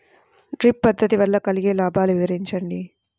Drip పద్దతి వల్ల కలిగే లాభాలు వివరించండి?